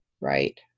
right